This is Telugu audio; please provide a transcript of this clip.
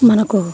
మనకు